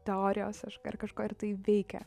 teorijos aš ar kažko ir tai veikia